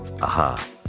Aha